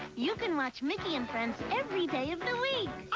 you can watch mickey and friends every day of the week!